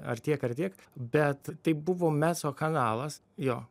ar tiek ar tiek bet tai buvo meco kanalas jo